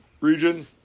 region